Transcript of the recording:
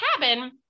cabin